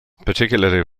particularly